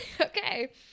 Okay